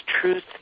truth